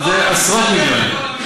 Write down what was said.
זה עשרות מיליונים.